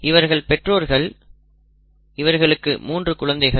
இவர்கள் பெற்றோர்கள் இவர்களுக்கு மூன்று குழந்தைகள்